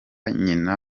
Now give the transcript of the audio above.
nyina